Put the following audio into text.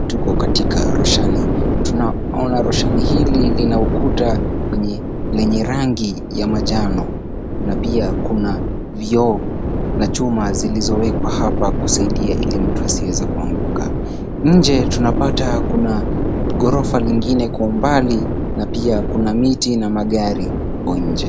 Tuko katika roshani. Tunaona roshani hili lina ukuta lenye rangi ya manjano na pia kuna vioo na chuma zilizowekwa hapa kusaidia ili mtu asiweze kuanguka. Nje tunapata kuna ghorofa lingine kwa umbali na pia kuna miti na magari hapo nje.